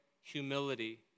humility